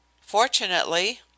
Fortunately